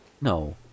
No